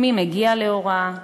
מי מגיע להוראה ועוד.